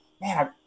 man